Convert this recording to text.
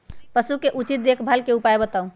पशु के उचित देखभाल के उपाय बताऊ?